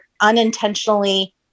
unintentionally